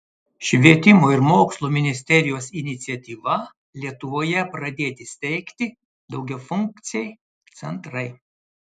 švietimo ir mokslo ministerijos iniciatyva lietuvoje pradėti steigti daugiafunkciai centrai